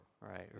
right